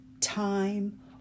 time